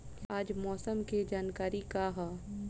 आज मौसम के जानकारी का ह?